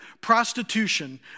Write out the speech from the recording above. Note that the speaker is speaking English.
prostitution